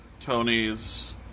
Tonys